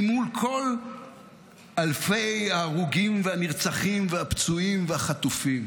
אם מול כל אלפי ההרוגים והנרצחים והפצועים והחטופים,